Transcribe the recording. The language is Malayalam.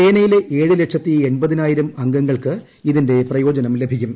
സേനയിലെ ഏഴ് ലക്ഷത്തി എൺപതിനായിരം അംഗങ്ങൾക്ക് ഇതിന്റെ പ്രയ്യോജനം ലഭിക്കും